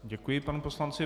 Děkuji panu poslanci.